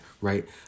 right